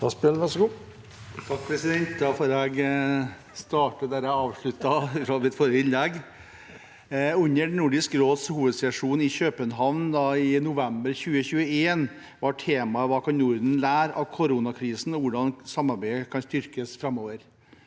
(A) Jeg starter der jeg avsluttet mitt forrige innlegg. Under Nordisk råds hovedsesjon i København i november 2021 var temaet hva Norden kan lære av koronakrisen og hvordan samarbeidet kan styrkes framover.